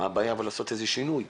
מה הבעיה לעשות שינוי,